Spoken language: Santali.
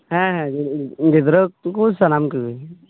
ᱦᱮᱸ ᱦᱮᱸ ᱜᱤᱫᱽᱨᱟᱹ ᱠᱚ ᱥᱟᱱᱟᱢ ᱠᱚᱜᱮ